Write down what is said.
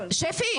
שפי,